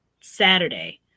saturday